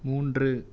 மூன்று